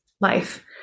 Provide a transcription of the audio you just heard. life